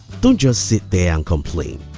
don't just sit there and complain.